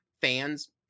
fans